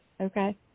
okay